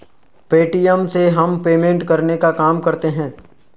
Paytm से हम payment करने का काम करते है